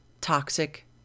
toxic